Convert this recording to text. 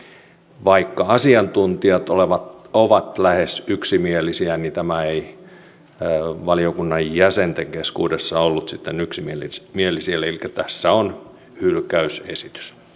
tämä ei vaikka asiantuntijat ovat lähes yksimielisiä valiokunnan jäsenten keskuudessa ollut sitten yksimielinen eli tässä on hylkäysesitys